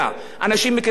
אנשים מבאר-שבע,